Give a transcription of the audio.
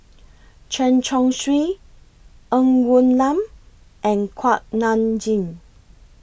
Chen Chong Swee Ng Woon Lam and Kuak Nam Jin